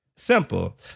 Simple